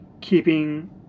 keeping